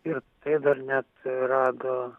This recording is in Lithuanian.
ir tai dar net rado